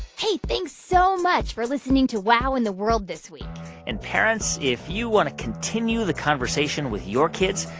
hey, thanks so much for listening to wow in the world this week and, parents, if you want to continue the conversation with your kids,